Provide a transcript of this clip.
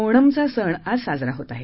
ओणमचा सण आज साजरा होत आहे